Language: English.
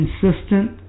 consistent